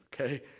okay